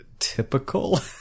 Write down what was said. typical